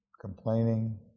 Complaining